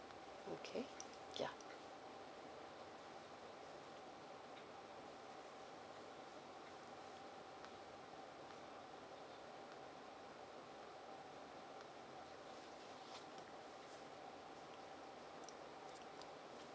okay ya